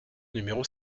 numéro